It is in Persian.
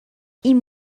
این